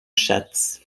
schatz